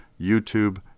YouTube